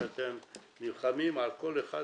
תודה שבאתם ותודה שאתם נלחמים על העקרונות.